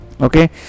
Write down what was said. okay